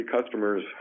customers